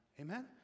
Amen